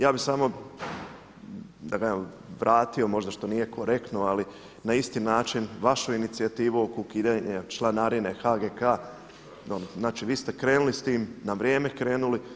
Ja bih samo vratio možda što nije korektno, ali na isti način vašu inicijativu oko ukidanja članarine HGK, znači vi ste krenuli s tim na vrijeme krenuli.